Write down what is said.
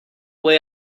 way